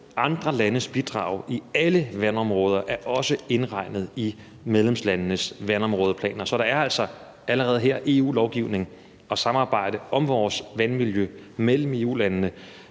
andre landes bidrag i alle vandområder er også indregnet i medlemslandenes vandområdeplaner, så der er altså allerede her EU-lovgivning og samarbejde om vores vandmiljø mellem EU-landene,